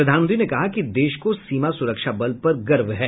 प्रधानमंत्री ने कहा कि देश को सीमा सुरक्षा बल पर गर्व है